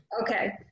Okay